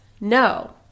No